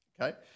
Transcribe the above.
okay